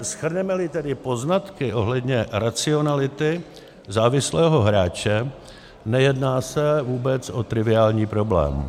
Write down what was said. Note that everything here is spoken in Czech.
Shrnemeli tedy poznatky ohledně racionality závislého hráče, nejedná se vůbec o triviální problém.